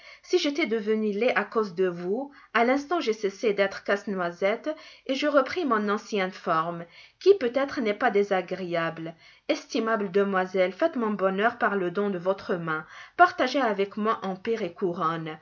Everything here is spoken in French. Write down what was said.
si j'étais devenu laid à cause de vous à l'instant j'ai cessé d'être casse-noisette et j'ai repris mon ancienne forme qui peut-être n'est pas désagréable estimable demoiselle faites mon bonheur par le don de votre main partagez avec moi empire et couronne